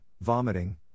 vomiting